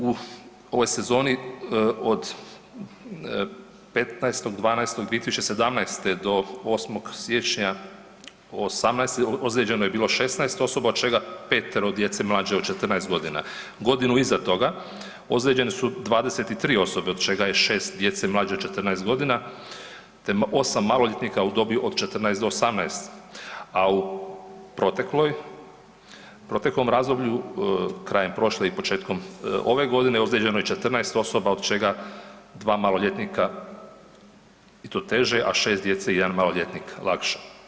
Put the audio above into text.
U ovoj sezoni od 15.12.2017. do 8. siječnja '18. ozlijeđeno je bilo 16 osoba, od čega 5-ero djece mlađe od 14.g. Godinu iza toga ozlijeđene su 23 osobe, od čega je 6 djece mlađe od 14 godina te 8 maloljetnika u dobi od 14 do 18, a u protekloj, proteklom razdoblju krajem prošle i početkom ove godine ozlijeđeno je 14 osoba od čega 2 maloljetnika i to teže, a 6 djece i 1 maloljetnik lakše.